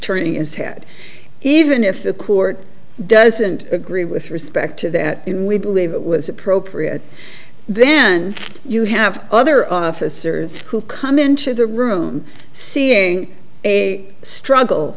turning his head even if the court doesn't agree with respect to that and we believe it was appropriate then you have other officers who come into the room seeing a struggle